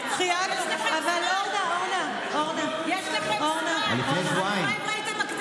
אבל אורנה, אורנה, לפני שבועיים.